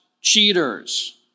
cheaters